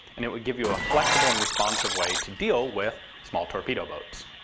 and it would give you a flexible and responsive way to deal with small torpedo boats.